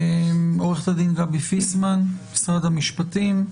עורכת דין גבי פיסמן ממשרד המשפטים,